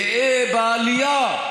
גאה בעלייה,